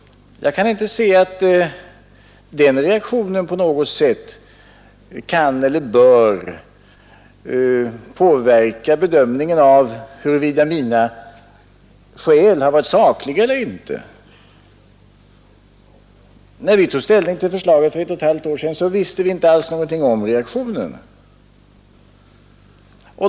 Jag kan inte se att den reaktionen på något sätt kan eller bör påverka bedömningen av huruvida mina skäl har varit sakliga eller inte. När vi tog ställning till förslaget för ett och ett halvt år sedan visste vi inte alls någonting om reaktionen.